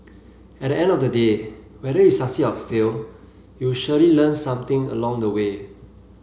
at the end of the day whether you succeed or fail you surely learn something along the way